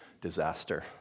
disaster